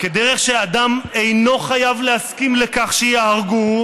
"כדרך שאדם אינו חייב להסכים לכך שיהרגוהו,